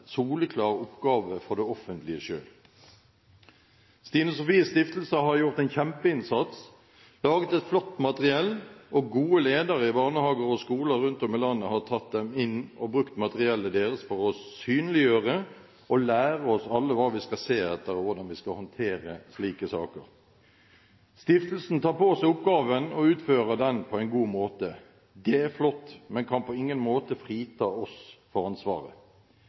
Stiftelse har gjort en kjempeinnsats, laget et flott materiell, og gode ledere i barnehager og skoler rundt om i landet har tatt dem inn og brukt materiellet deres for å synliggjøre og lære oss alle hva vi skal se etter, og hvordan vi skal håndtere slike saker. Stiftelsen tar på seg oppgaven og utfører den på en god måte. Det er flott, men det kan på ingen måte frita oss for ansvaret.